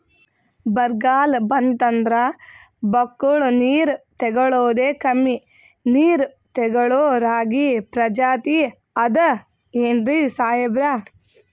ಬರ್ಗಾಲ್ ಬಂತಂದ್ರ ಬಕ್ಕುಳ ನೀರ್ ತೆಗಳೋದೆ, ಕಮ್ಮಿ ನೀರ್ ತೆಗಳೋ ರಾಗಿ ಪ್ರಜಾತಿ ಆದ್ ಏನ್ರಿ ಸಾಹೇಬ್ರ?